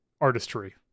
artistry